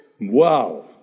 Wow